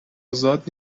ازاد